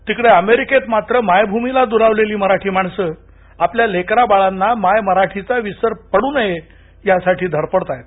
तिकडे अमेरिकेत मात्र मायभ्र्मीला द्रावलेली मराठी माणसं आपल्या लेकरा बाळांना माय मराठीचा विसर पडू नये यासाठी धडपडताहेत